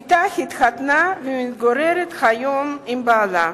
בתה התחתנה ומתגוררת היום עם בעלה.